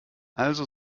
also